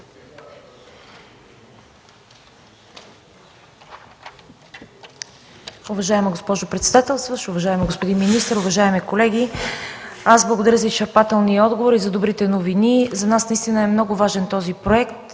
Уважаема госпожо председател, уважаеми господин министър, уважаеми колеги! Благодаря за изчерпателния отговор и за добрите новини. За нас наистина този проект